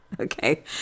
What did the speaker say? Okay